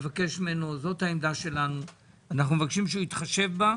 זאת העמדה שלנו שאנחנו מבקשים שהוא יתחשב בה.